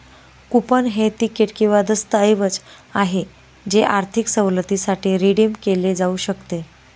coupon हे ticket किंवा दस्तऐवज आहे जे आर्थिक सवलतीसाठी रिडीम केले जाऊ शकते